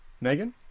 Megan